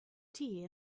tea